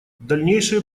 дальнейшие